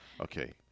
Okay